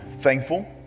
thankful